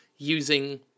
Using